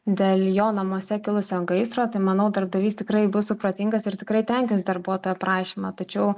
dėl jo namuose kilusio gaisro tai manau darbdavys tikrai bus supratingas ir tikrai tenkins darbuotojo prašymą tačiau